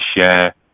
share